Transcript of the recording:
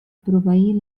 proveir